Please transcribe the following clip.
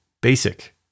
basic